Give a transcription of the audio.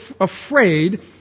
afraid